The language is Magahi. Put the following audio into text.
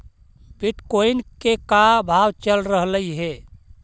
बिटकॉइंन के का भाव चल रहलई हे?